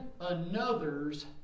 another's